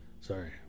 sorry